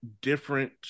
different